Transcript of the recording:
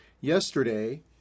Yesterday